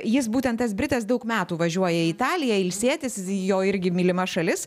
jis būtent tas britas daug metų važiuoja į italiją ilsėtis jo irgi mylima šalis